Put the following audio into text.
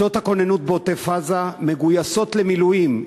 כיתות הכוננות בעוטף-עזה מגויסות למילואים.